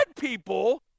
people